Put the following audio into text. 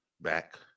back